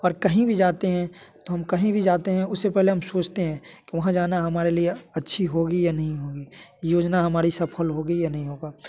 और कहीं भी जाते हैं तो हम कहीं भी जाते हैं उससे पहले हम सोचते हैं कि वहाँ जाना हमारे लिए अच्छी होगी या नहीं योजना हमारी सफल होगी या नहीं होगा